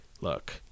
look